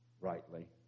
rightly